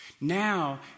Now